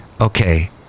Okay